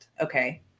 Okay